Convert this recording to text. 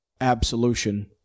absolution